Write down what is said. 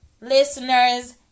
listeners